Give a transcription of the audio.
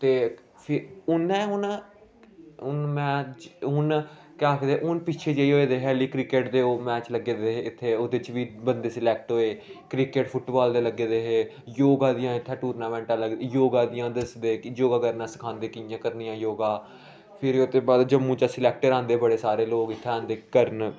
ते फ्ही उ'न्नै हून हून में हून केह् आखदे हून पिच्छें जेही होऐ दे हल्ली क्रिकेट दे ओह् मैच लग्गे दे हे इत्थै ओह्दे च बी बंदे सलैक्ट होऐ क्रिकेट फुटबाल दे लग्गे दे हे योगा दियां इत्थै टूर्नामैंटां लग्ग योगा दियां दस्सदे योगा करना सखांदे कि'यां करनियां योगा फिर ओह्दे बाद जम्मू चा सिलैक्टर औंदे बड़े सारे लोग इत्थै औंदे करन